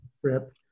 trip